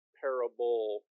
parable